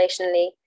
relationally